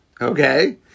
Okay